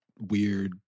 weird